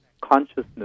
consciousness